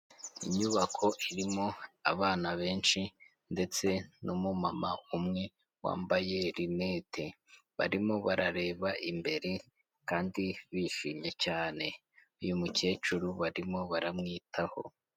Inyubako irimo abana benshi ndetse numu mama umwe wambaye rinete, barimo barareba imbere kandi bishimye cyane, uyu mukecuru barimo baramwitaho.